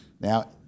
Now